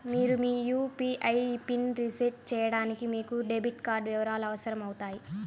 మీరు మీ యూ.పీ.ఐ పిన్ని రీసెట్ చేయడానికి మీకు డెబిట్ కార్డ్ వివరాలు అవసరమవుతాయి